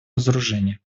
разоружения